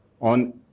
on